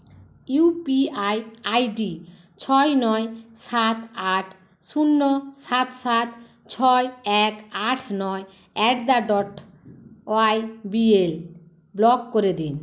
you P I I D ছয় নয় সাত আট শূন্য সাত সাত ছয় এক আট নয় at the dot Y B L block করে দিন